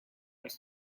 els